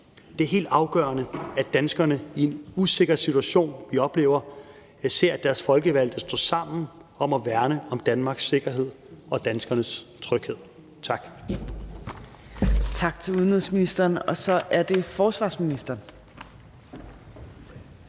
Det er helt afgørende, at danskerne i en usikker situation, vi oplever, ser, at deres folkevalgte står sammen om at værne om Danmarks sikkerhed og danskernes tryghed. Tak.